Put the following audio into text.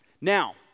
Now